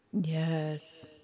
Yes